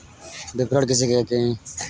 विपणन किसे कहते हैं?